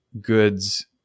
goods